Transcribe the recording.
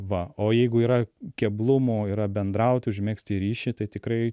va o jeigu yra keblumų yra bendrauti užmegzti ryšį tai tikrai tikrai